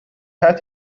had